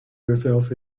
yourself